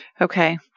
Okay